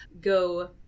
go